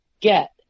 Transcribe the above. get